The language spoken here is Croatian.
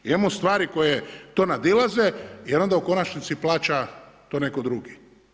Imamo stvari koje to nadilaze jer onda u konačnici plaća to netko drugi.